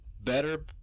better